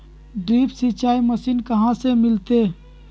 Drip सिंचाई machine कहाँ से मिलतै?